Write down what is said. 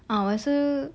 lepas tu